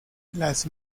las